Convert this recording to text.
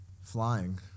Flying